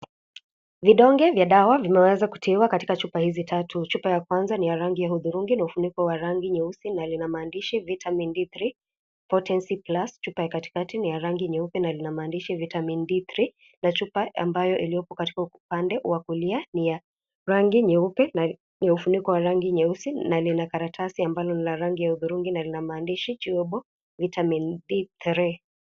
Vidonge vya dawa vimeweza kutiwa katika chupa hizi tatu . Chupa ya kwanza ni ya rangi ya hudhurungi na ufuniko wa rangi nyeusi na lina maandishi vitamin d three potensy plus chupa ya katikati ni ya rangi nyeupe na lina maandishi vitamina d three na chupa ambayo iliyopo katika upande wa kulia ni ya rangi nyeupe na ufuniko wa rangi nyeusi na lina karatasi ambalo ni la rangi ya hudhurungi na maandshi chewable vitamin d three